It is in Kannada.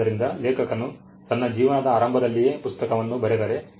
ಆದ್ದರಿಂದ ಲೇಖಕನು ತನ್ನ ಜೀವನದ ಆರಂಭದಲ್ಲಿಯೇ ಪುಸ್ತಕವನ್ನು ಬರೆದರೆ